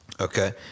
Okay